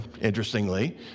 interestingly